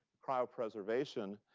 cryopreservation.